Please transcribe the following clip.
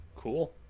Cool